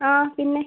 ആ പിന്നെ